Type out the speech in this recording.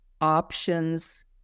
options